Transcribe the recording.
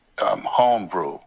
homebrew